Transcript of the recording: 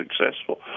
successful